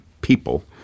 people